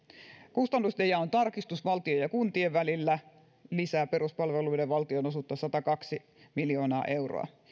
kustannustenjaon tarkistus valtion ja kuntien välillä lisää peruspalveluiden valtionosuutta satakaksi miljoonaa euroa